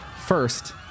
first